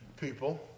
people